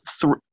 three